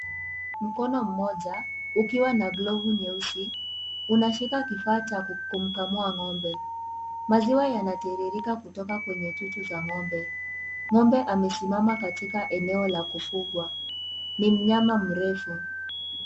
Mkono mmoja, ukiwa na glovu nyeusi, unashika kifaa cha kumkamua ng'ombe. Maziwa yanatiririka kutoka kwenye chuchu za ng'ombe. Ng'ombe amesimama katika eneo la kufugwa. Ni mnyama mrefu.